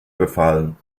befallen